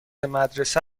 مدرسه